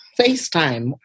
FaceTime